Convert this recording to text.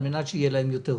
על מנת שיהיה להם יותר טוב.